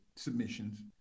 submissions